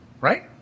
right